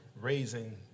raising